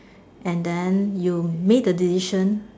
and then you make a decision